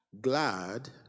glad